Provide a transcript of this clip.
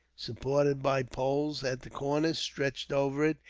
supported by poles at the corner, stretched over it,